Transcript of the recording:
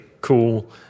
cool